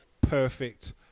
perfect